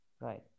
Right